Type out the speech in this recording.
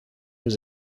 was